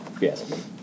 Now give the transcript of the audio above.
Yes